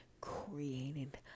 created